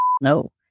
no